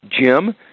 Jim